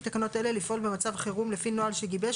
תקנות אלה לפעול במצב חירום לפי נוהל שגיבש,